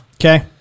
Okay